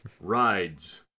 Rides